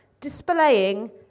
displaying